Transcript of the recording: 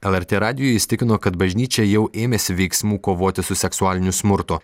lrt radijui jis tikino kad bažnyčia jau ėmėsi veiksmų kovoti su seksualiniu smurtu